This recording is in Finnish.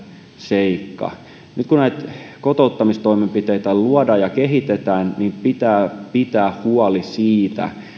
seikka nyt kun näitä kotouttamistoimenpiteitä luodaan ja kehitetään pitää pitää huoli siitä